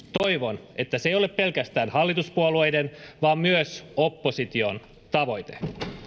toivon että se ei ole pelkästään hallituspuolueiden vaan myös opposition tavoite